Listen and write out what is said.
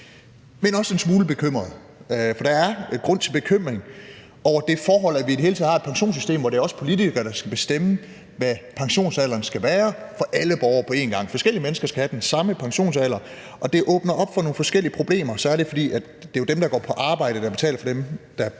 men også en smule bekymret. For der er grund til bekymring over det forhold, at vi i det hele taget har et pensionssystem, hvor det er os politikere, der skal bestemme, hvad pensionsalderen skal være for alle borgere på en gang, altså at forskellige mennesker skal have den samme pensionsalder, og det åbner op for nogle forskellige problemer, særlig fordi det jo er dem, der går på arbejde, der betaler for dem, der